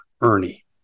Ernie